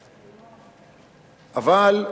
אבל,